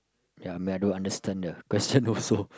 ya man I don't understand the question also